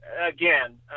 again